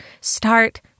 start